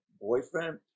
boyfriend